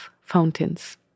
fountains